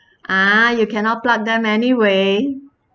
ah you cannot pluck them anyway